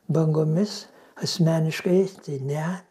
bangomis asmeniškai tai ne